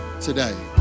Today